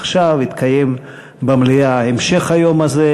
עכשיו יתקיים במליאה המשך היום הזה: